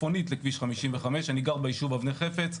צפונית לכביש 55. אני גר ביישוב אבני חפץ.